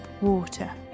water